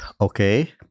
Okay